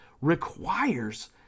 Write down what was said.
requires